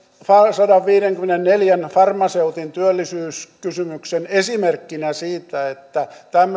sadanviidenkymmenenneljän farmaseutin työllisyyskysymyksen esimerkkinä siitä että